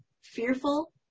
fearful